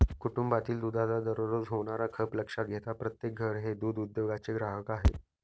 कुटुंबातील दुधाचा दररोज होणारा खप लक्षात घेता प्रत्येक घर हे दूध उद्योगाचे ग्राहक आहे